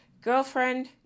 Girlfriend